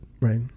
right